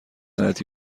غلتی